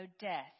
death